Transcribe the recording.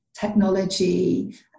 technology